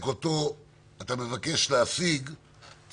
אני חושב שאחד הדברים החשובים לעולם